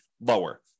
lower